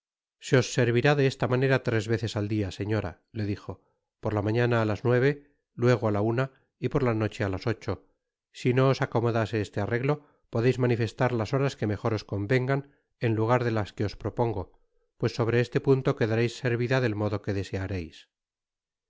os servirá de esta manera tres veces al dia señora le dijo por la mañana á las nueve luego á la una y por la noche á las ocho si no os acomodase este arreglo podeis manifestar las horas que mejor os convengan en lugar de las que os propongo pues sobre este punto quedareis servida det modo que deseareis